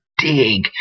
Dig